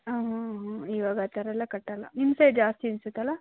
ಹಾಂ ಹಾಂ ಹಾಂ ಇವಾಗ ಆ ಥರ ಎಲ್ಲ ಕಟ್ಟಲ್ಲ ನಿಮ್ಮ ಸೈಡ್ ಜಾಸ್ತಿ ಅನಿಸತ್ತಲಾ